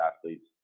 athletes